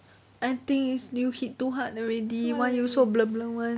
I think is you hit too hard already why you so blur blur [one]